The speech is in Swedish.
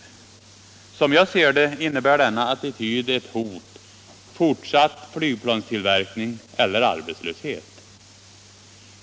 Som jag ser det innebär denna attityd ett hot: fortsatt flygplanstillverkning eller arbetslöshet.